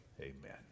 Amen